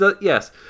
Yes